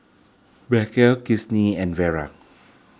Macel Kinsey and Vera